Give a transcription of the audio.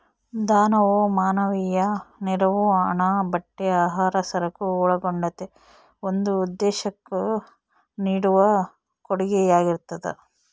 ದಾನವು ಮಾನವೀಯ ನೆರವು ಹಣ ಬಟ್ಟೆ ಆಹಾರ ಸರಕು ಒಳಗೊಂಡಂತೆ ಒಂದು ಉದ್ದೇಶುಕ್ಕ ನೀಡುವ ಕೊಡುಗೆಯಾಗಿರ್ತದ